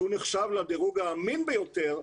שהוא נחשב לדירוג האמין ביותר,